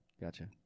Gotcha